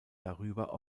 darüber